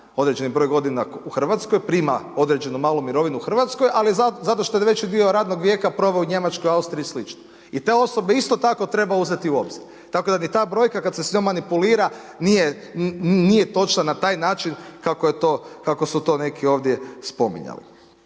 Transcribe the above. određeni broj godina u Hrvatskoj, prima određeno malu mirovinu u Hrvatskoj, ali je zato što je veći dio radnog vijeka proveo u Njemačkoj, Austriji i slično i te osobe isto tako treba uzeti u obzir. Tako da ni ta brojka kad se s njom manipulira nije točna na taj način kako su to neki ovdje spominjali.